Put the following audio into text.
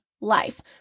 life